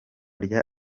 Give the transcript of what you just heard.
rya